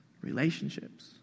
relationships